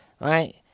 right